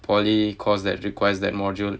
polytechnic course that requires that module